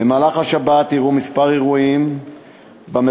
במהלך השבת אירעו כמה אירועים במחוזות,